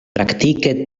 praktike